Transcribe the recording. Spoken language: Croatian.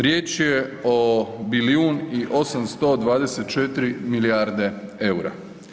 Riječ je o bilijun i 824 milijarde eura.